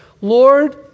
Lord